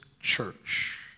church